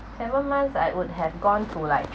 seven months I would have gone to like